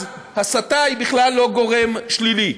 אז הסתה היא בכלל לא גורם שלילי.